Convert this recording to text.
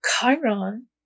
Chiron